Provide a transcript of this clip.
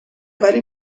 ولی